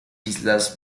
islas